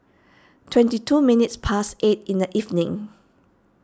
twenty two minutes past eight in the evening